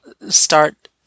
start